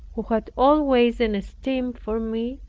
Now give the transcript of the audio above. who had always an esteem for me,